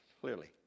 clearly